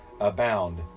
abound